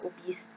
obese